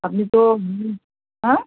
আপনি তো হ্যাঁ